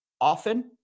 often